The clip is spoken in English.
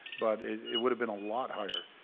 but it would've been a lot higher.